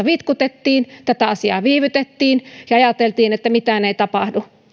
vitkutettiin tätä asiaa viivytettiin ja ajateltiin että mitään ei tapahdu